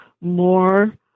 more